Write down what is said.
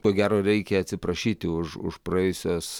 ko gero reikia atsiprašyti už už praėjusios